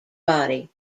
body